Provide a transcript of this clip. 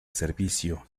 servicio